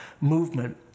movement